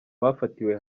bafatiwe